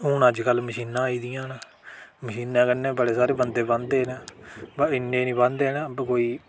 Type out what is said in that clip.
हून अज्जकल मशीनां आई दियां न मशीनें कन्नै बड़े सारे बंदे बांह्दे न पर इन्ने नी बाह्ंदे न कोई